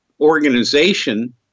organization